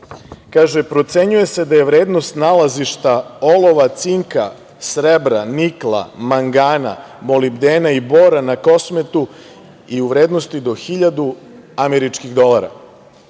procenjuje se da je vrednost nalazišta olova, cinka, srebra, nikla, mangana, molibdena i bora na Kosmetu u vrednosti do 1.000 američkih dolara,